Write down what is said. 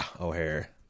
O'Hare